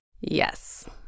Yes